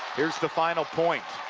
here's the final point.